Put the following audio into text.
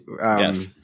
Yes